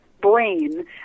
brain